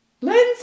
Lindsay